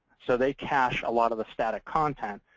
so they cache a lot of the static content.